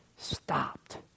Stopped